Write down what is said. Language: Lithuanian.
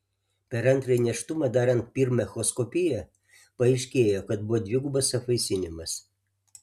per antrąjį nėštumą darant pirmą echoskopiją paaiškėjo kad buvo dvigubas apvaisinimas